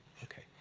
okay,